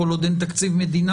כל עוד אין תקציב מדינה,